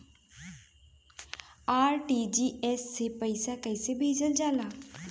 RTGS से पइसा कहे भेजल जाला?